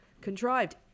contrived